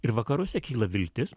ir vakaruose kyla viltis